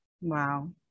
Wow